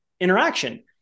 interaction